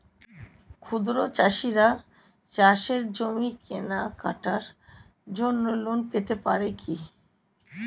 ক্ষুদ্র চাষিরা কৃষিজমি কেনার জন্য লোন পেতে কি যোগ্য?